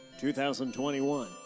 2021